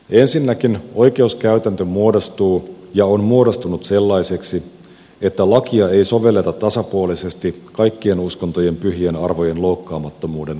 ensinnäkin oikeuskäytäntö muodostuu ja on muodostunut sellaiseksi että lakia ei sovelleta tasapuolisesti kaikkien uskontojen pyhien arvojen loukkaamattomuuden varjelemiseen